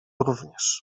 również